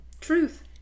Truth